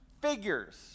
Figures